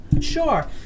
Sure